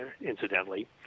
incidentally